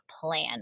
plan